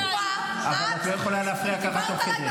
את רוצה, אחר כך תקבלי זכות דיבור.